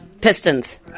Pistons